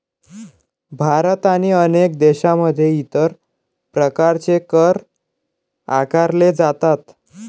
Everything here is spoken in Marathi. भारत आणि अनेक देशांमध्ये इतर प्रकारचे कर आकारले जातात